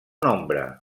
nombre